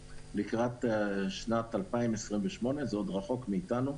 לקראת שנת 2028. זה עוד רחוק מאיתנו,